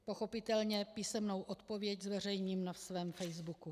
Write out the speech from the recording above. Pochopitelně písemnou odpověď zveřejním na svém facebooku.